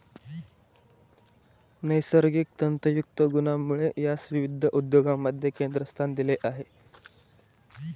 नैसर्गिक तंतुयुक्त गुणांमुळे यास विविध उद्योगांमध्ये केंद्रस्थान दिले आहे